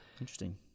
Interesting